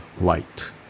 light